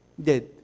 dead